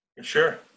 sure